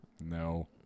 No